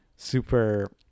super